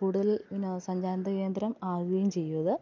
കൂടുതൽ വിനോദസഞ്ചാരകേന്ദ്രം ആവുകയും ചെയ്യും അത്